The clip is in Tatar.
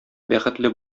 бәхетле